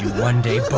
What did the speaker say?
one day,